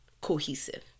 cohesive